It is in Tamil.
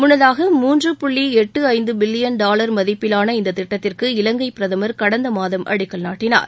முன்னதாக மூன்று புள்ளி எட்டு ஐந்து பில்லியன் டாலர் மதிப்பிலான இந்த திட்டத்திற்கு இலங்கை பிரதமர் கடந்த மாதம் அடிக்கல் நாட்டினார்